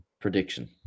prediction